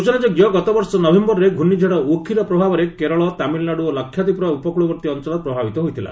ସୂଚନା ଯୋଗ୍ୟ ଗତବର୍ଷ ନଭେୟରରେ ଘୂର୍ଣ୍ଣିଝଡ଼ ଓଖି ର ପ୍ରଭାବରେ କେରଳ ତାମିଲନାଡୁ ଓ ଲାକ୍ଷାଦୀପର ଉପକୂଳବର୍ତ୍ତୀ ଅଞ୍ଚଳ ପ୍ରଭାବିତ ହୋଇଥିଲା